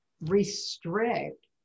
restrict